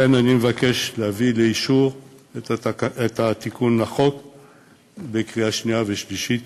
אני מבקש להביא לאישור התיקון לחוק בקריאה שנייה ושלישית.